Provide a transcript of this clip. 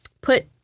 put